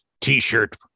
t-shirt